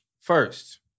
First